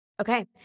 Okay